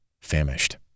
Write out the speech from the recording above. famished